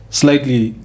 slightly